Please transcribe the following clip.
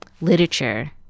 literature